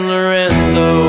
Lorenzo